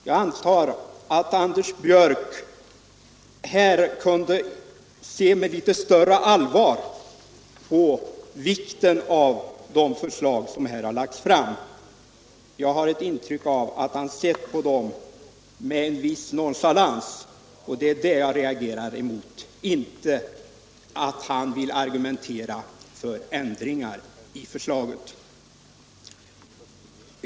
Jag antar att Anders Björck här kunde se med litet större allvar på vikten av de förslag som här har lagts fram. Jag har ett intryck av att han sett på dem med en viss nonchalans, och det är det jag reagerar emot, inte att herr Björck vill argumentera för ändringar i förslaget.